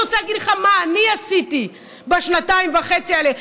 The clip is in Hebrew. אני רוצה להגיד לך מה אני עשיתי בשנתיים וחצי האלה,